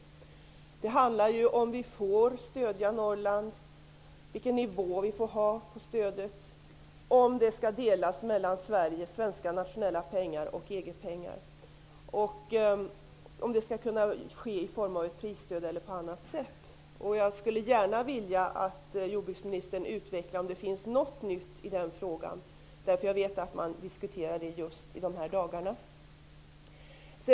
Frågan gäller om vi får stödja Norrland, vilken nivå vi får ha på stödet, om det skall bestå av både svenska nationella pengar och EG-pengar och om stödet skall kunna utgå i form av ett prisstöd eller på annat sätt. Jag skulle gärna vilja att jordbruksministern utvecklade om det finns något nytt i den frågan. Jag vet att man diskuterar det just i dessa dagar.